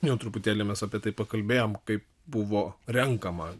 jau truputėlį mes apie tai pakalbėjom kaip buvo renkama